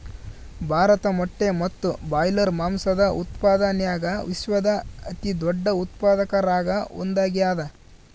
ಭಾರತ ಮೊಟ್ಟೆ ಮತ್ತು ಬ್ರಾಯ್ಲರ್ ಮಾಂಸದ ಉತ್ಪಾದನ್ಯಾಗ ವಿಶ್ವದ ಅತಿದೊಡ್ಡ ಉತ್ಪಾದಕರಾಗ ಒಂದಾಗ್ಯಾದ